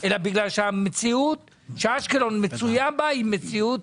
אלא בגלל שהמציאות שאשקלון מצויה בה היא מציאות